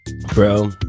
Bro